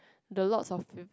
the lots of